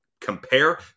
compare